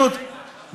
הן אומרות: ואללה,